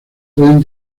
pueden